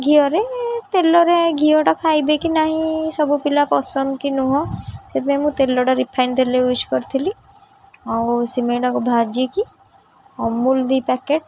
ଘିଅରେ ତେଲରେ ଘିଅଟା ଖାଇବେ କି ନାହିଁ ସବୁ ପିଲା ପସନ୍ଦ କି ନୁହଁ ସେଥିପାଇଁ ମୁଁ ତେଲଟା ରିଫାଇନ୍ ତେଲ ୟୁଜ୍ କରିଥିଲି ଆଉ ସିମେଇକୁ ଭାଜିକି ଅମୁଲ୍ ଦୁଇ ପ୍ୟାକେଟ୍